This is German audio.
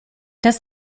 das